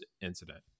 incident